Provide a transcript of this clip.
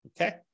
Okay